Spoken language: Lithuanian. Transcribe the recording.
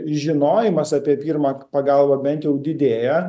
žinojimas apie pirmą pagalbą bent jau didėja